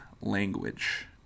language